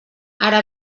ara